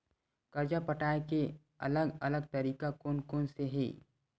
कर्जा पटाये के अलग अलग तरीका कोन कोन से हे?